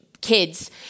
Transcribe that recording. kids